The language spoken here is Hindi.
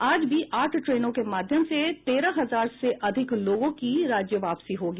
आज भी आठ ट्रेनों के माध्यम से तेरह हजार से अधिक लोगों की राज्य वापसी होगी